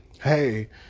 hey